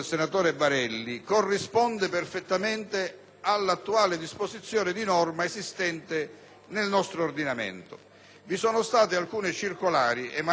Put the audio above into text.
Vi sono state alcune circolari emanate dal Ministero che hanno indotto in errore anche organi di polizia giudiziaria e organi della magistratura.